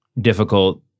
difficult